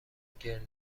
گرد